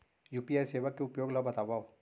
UPI सेवा के उपयोग ल बतावव?